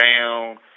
down